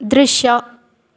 ದೃಶ್ಯ